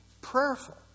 prayerful